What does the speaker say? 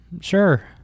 sure